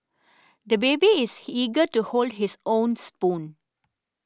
the baby is eager to hold his own spoon